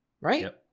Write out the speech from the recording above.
right